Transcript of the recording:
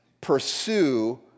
pursue